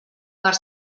per